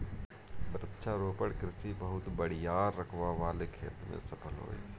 वृक्षारोपण कृषि बहुत बड़ियार रकबा वाले खेत में सफल होई